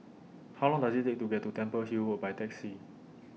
How Long Does IT Take to get to Temple Hill Road By Taxi